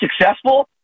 successful